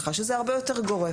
שזה הרבה יותר גורף,